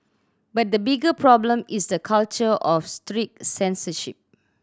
but the bigger problem is the culture of strict censorship